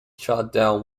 shutdown